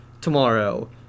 tomorrow